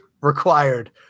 required